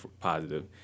positive